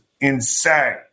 insane